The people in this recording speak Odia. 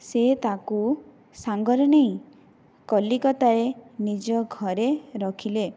ସିଏ ତାକୁ ସାଙ୍ଗରେ ନେଇ କଲିକତାରେ ନିଜ ଘରେ ରଖିଲେ